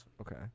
okay